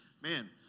man